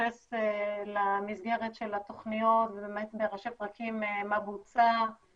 להתייחס למסגרת של התוכניות ובאמת בראשי פרקים מה בוצע,